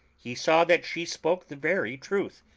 he saw that she spoke the very truth,